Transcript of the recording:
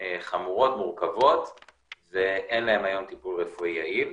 חמורות, מורכבות ואין להן היום טיפול רפואי יעיל.